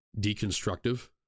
deconstructive